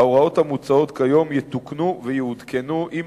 ההוראות המוצעות היום יתוקנו ויעודכנו עם